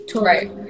right